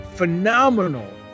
phenomenal